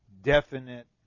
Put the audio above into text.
definite